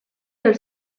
del